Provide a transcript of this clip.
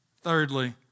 Thirdly